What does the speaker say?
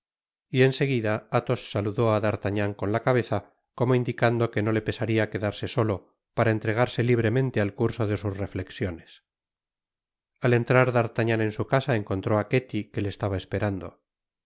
y en seguida athos saludó á d'artagnan con la cabeza como indicando que no le pesaria quedarse solo para entregarse libremente al curso de sus reflexiones al entrar d artagnan en su casa encontró á ketty que le estaba esperando